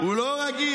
הוא לא רגיל.